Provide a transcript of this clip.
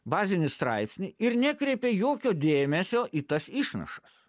bazinį straipsnį ir nekreipia jokio dėmesio į tas išnašas